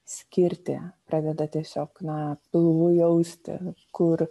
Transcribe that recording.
skirti pradeda tiesiog na pilvu jausti kur